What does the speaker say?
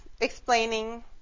explaining